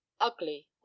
ugly